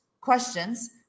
questions